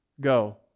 go